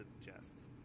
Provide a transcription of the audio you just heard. suggests